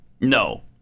no